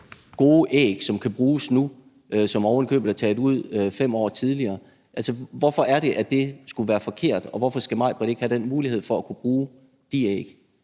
gode æg, som kan bruges nu, og som ovenikøbet er taget ud 5 år tidligere? Altså, hvorfor er det, at det skulle være forkert? Og hvorfor skal Majbritt ikke have mulighed for at bruge de æg?